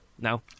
No